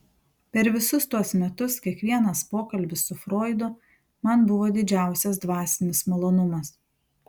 per visus tuos metus kiekvienas pokalbis su froidu man buvo didžiausias dvasinis malonumas